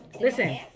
Listen